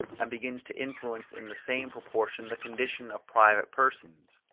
and begins to influence in the same proportion the condition of private persons.